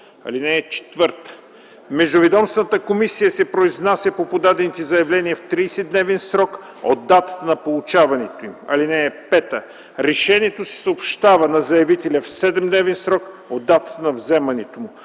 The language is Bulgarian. на закона. (4) Междуведомствената комисия се произнася по подадените заявления в 30-дневен срок от датата на получаването им. (5) Решението се съобщава на заявителя в 7-дневен срок от датата на вземането му.